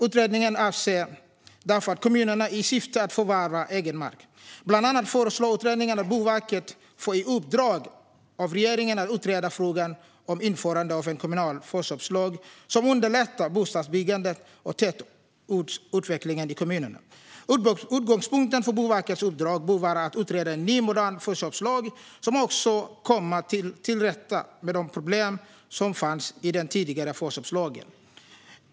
Utredningen föreslår bland annat att Boverket får i uppdrag av regeringen att utreda frågan om införandet av en kommunal förköpslag som kan underlätta bostadsbyggande och tätortsutveckling i kommunerna. Utgångspunkten för Boverkets uppdrag bör vara att utreda en ny modern förköpslag som också kan komma till rätta med de problem som fanns i den tidigare förköpslagen.